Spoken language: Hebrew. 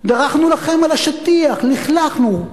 דרכנו לכם על השטיח, לכלכנו.